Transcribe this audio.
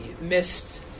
missed